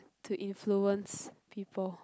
to influence people